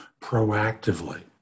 proactively